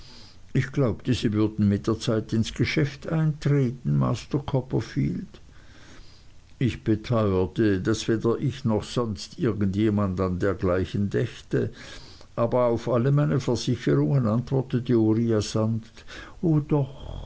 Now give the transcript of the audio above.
ich glaubte sie würden mit der zeit ins geschäft eintreten master copperfield ich beteuerte daß weder ich noch sonst irgend jemand an dergleichen dächte aber auf alle meine versicherungen antwortete uriah sanft o doch